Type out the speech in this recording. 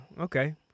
Okay